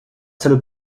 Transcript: salle